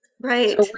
Right